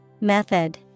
Method